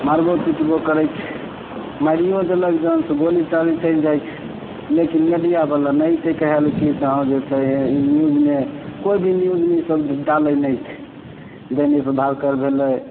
मारबो पिटबो करैत छै मारियो देलक जान से गोली चाली चलि जाइत छै लेकिन मिडियाबला नहि अइतै कहै लए कि से हाँ जे छै से ई नियूजमे कोइभी नियुजमे ई सब डालै नहि छै दैनिक भास्कर भेलै